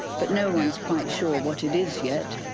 but no one's quite sure what it is yet.